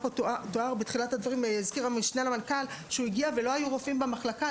הזכיר המשנה למנכ"ל בתחילת הדברים שהוא הגיע ולא היו רופאים במחלקה.